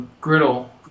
griddle